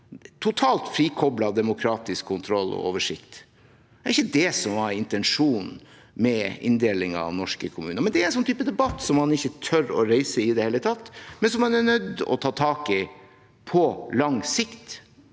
totalt frikoblet fra demokratisk kontroll og oversikt. Det er ikke det som var intensjonen med inndelingen av norske kommuner. Det er en sånn type debatt man ikke tør å reise i det hele tatt, men som man er nødt til å ta tak i på lang sikt.